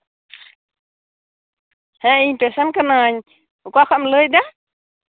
ᱦᱮᱸ ᱤᱧ ᱯᱮᱥᱮᱱ ᱠᱟᱹᱱᱟᱹᱧ ᱚᱠᱟ ᱠᱷᱚᱡ ᱮᱢ ᱞᱟᱹᱭᱫᱟ